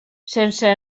sense